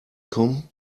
kommen